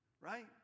right